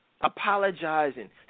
apologizing